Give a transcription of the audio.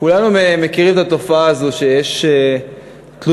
כולנו מכירים את התופעה הזו שיש תלושים,